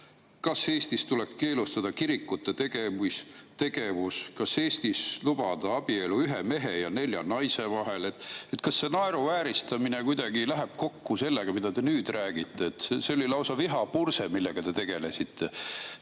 kas Eestis tuleb keelustada kirikute tegevus, kas Eestis lubada abielu ühe mehe ja nelja naise vahel. Kas see naeruvääristamine kuidagi läheb kokku sellega, mida te nüüd räägite? See oli lausa vihapurse, millega te tegelesite.